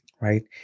right